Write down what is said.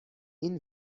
این